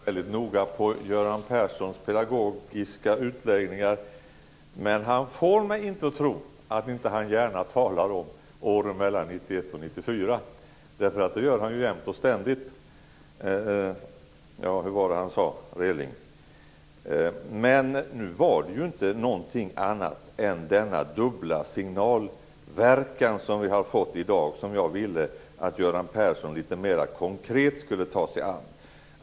Fru talman! Jag lyssnade väldigt noga på Göran Perssons pedagogiska utläggningar. Men han får mig inte att tro att han inte gärna talar om åren mellan 1991 och 1994. Det gör han ju jämt och ständigt. Hur var det Relling sade? Nu var det inte någonting annat än denna dubbla signalverkan som vi har fått i dag som jag ville att Göran Persson litet mer konkret skulle ta sig an.